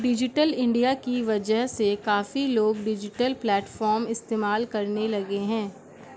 digital India की वजह से काफी लोग डिजिटल प्लेटफ़ॉर्म इस्तेमाल करने लगे हैं